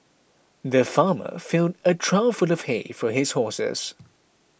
the farmer filled a trough full of hay for his horses